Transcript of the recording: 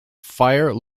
fire